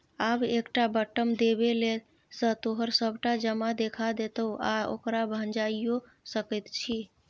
आब एकटा बटम देबेले सँ तोहर सभटा जमा देखा देतौ आ ओकरा भंजाइयो सकैत छी